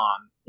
on